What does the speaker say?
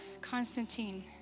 Constantine